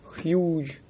Huge